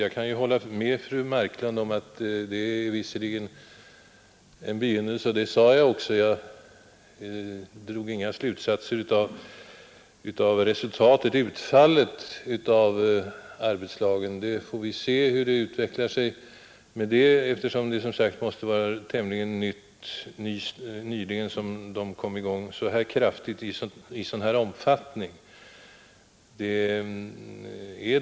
Jag kan hålla med fru Marklund om att det bara är en begynnelse, och det sade jag också tidigare. Jag drog inga slutsatser av utfallet av arbetslagen. Vi får se hur det utvecklar sig, eftersom det måste vara tämligen nyligen som man kommit i gång i så pass stor omfattning.